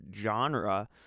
genre